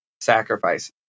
sacrifice